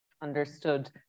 Understood